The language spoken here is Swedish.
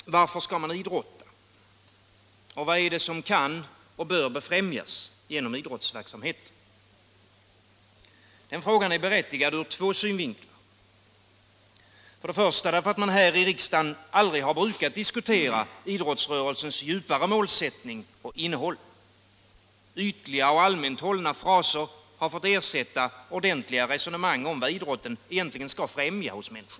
Herr talman! Varför skall man idrotta? Vad är det som kan och bör befrämjas genom idrottsverksamheten? Frågan är berättigad ur två synvinklar. För det första därför att man här i riksdagen aldrig har brukat diskutera idrottsrörelsens djupare målsättning och innehåll. Ytliga och allmänt hållna fraser har fått ersätta ordentliga resonemang om vad idrotten egentligen skall främja hos människor.